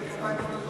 הוא כזה קטן,